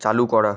চালু করা